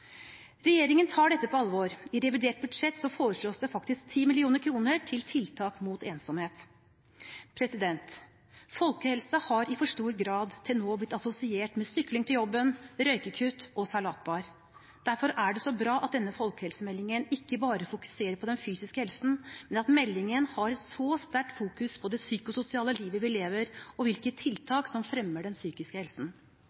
Regjeringen tar dette på alvor. I revidert budsjett foreslås det faktisk 10 mill. kr til tiltak mot ensomhet. Folkehelse har i for stor grad til nå blitt assosiert med sykling til jobben, røykekutt og salatbar. Derfor er det så bra at denne folkehelsemeldingen ikke bare fokuserer på den fysiske helsen, men at meldingen har et så sterkt fokus på det psykososiale livet vi lever, og hvilke tiltak som fremmer den psykiske helsen.